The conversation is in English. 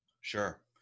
Sure